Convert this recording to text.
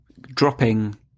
dropping